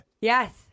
yes